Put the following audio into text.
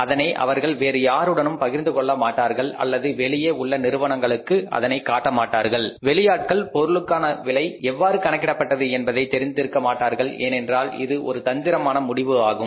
அதனை அவர்கள் வேறு யாருடனும் பகிர்ந்து கொள்ளமாட்டார்கள் அல்லது வெளியே உள்ள நிறுவனங்களுக்கு அதனை காட்டமாட்டார்கள் வெளியாட்கள் பொருளுக்கான விலை எவ்வாறு கணக்கிடப்பட்டது என்பதை தெரிந்திருக்கமாட்டார்கள் ஏனென்றால் இது ஒரு தந்திரமான முடிவு ஆகும்